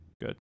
good